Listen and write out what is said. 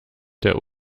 der